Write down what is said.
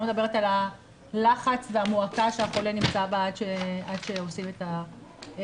מדברת על הלחץ והמועקה שהחולה נמצא בהן עד שעושים את הבדיקה.